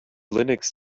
linux